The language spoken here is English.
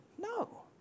No